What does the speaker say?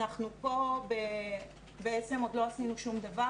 אנחנו פה בעצם עוד לא עשינו שום דבר